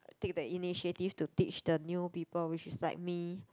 take the initiative to teach the new people which is like me